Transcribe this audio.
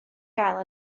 gael